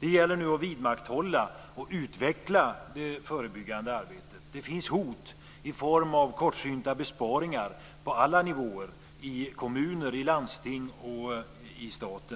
Det gäller nu att vidmakthålla och utveckla det förebyggande arbetet. Det finns hot i form av kortsynta besparingar på alla nivåer i kommuner, landsting och stat.